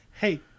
Hey